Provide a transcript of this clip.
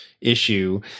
issue